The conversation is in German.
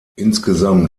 insgesamt